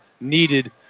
needed